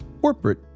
corporate